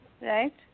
Right